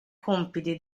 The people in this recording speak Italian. compiti